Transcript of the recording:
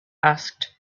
asked